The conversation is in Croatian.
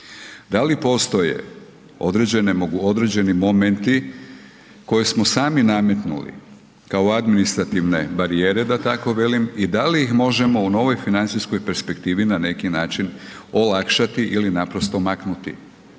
Da li postoje određeni momenti koje smo sami nametnuli kao administrativne barijere da tako velim i da li ih možemo u novoj financijskoj perspektivi olakšati ili naprosto maknuti.